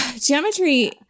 geometry